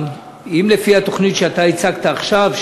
לפי התוכנית שאתה הצגת עכשיו,